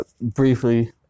briefly